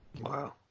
wow